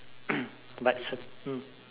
but it's a mm